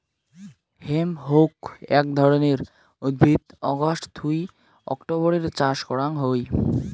hemp হউক আক ধরণের উদ্ভিদ অগাস্ট থুই অক্টোবরের চাষ করাং হই